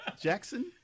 Jackson